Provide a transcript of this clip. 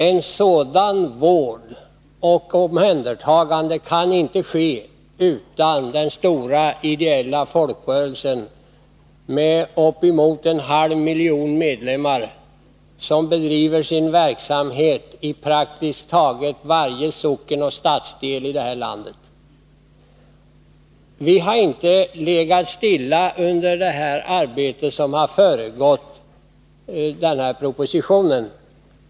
En sådan vård och ett sådant omhändertagande kan inte ske utan den stora ideella folkrörelse, med uppemot en halv miljon medlemmar, som bedriver sin verksamhet i praktiskt taget varje socken och stadsdel i det här landet. Vi har inte legat stilla under det arbete som föregått propositionen.